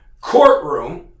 courtroom